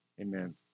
Amen